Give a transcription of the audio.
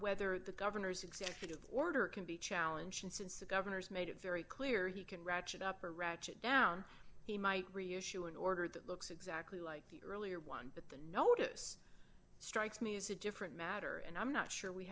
whether the governor's executive order can be challenging since the governor's made it very clear he can ratchet up or ratchet down he might reissue an order that looks exactly like the earlier one that the notice strikes me as a different matter and i'm not sure we